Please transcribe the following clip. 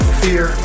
fear